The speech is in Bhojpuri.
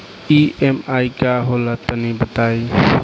ई.एम.आई का होला तनि बताई?